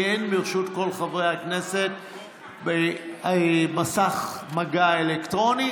כי אין ברשות כל חברי הכנסת מסך מגע אלקטרוני